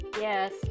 Yes